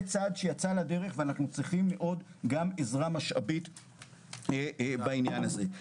זה צעד שיצא לדרך ואנחנו צריכים מאוד גם עזרה של משאבים בעניין הזה.